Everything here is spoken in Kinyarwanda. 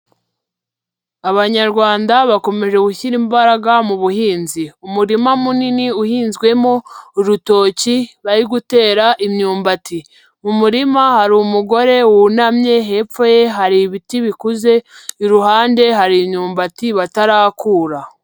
Abanyarwanda bakomeje gushyira imbaraga mu buhinzi, umurima munini uhinzwemo urutoki bari gutera imyumbati, mu murima hari umugore wunamye, hepfo ye hari ibiti bikuze, iruhande hari imyumbati batarakura.